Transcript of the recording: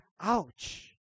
ouch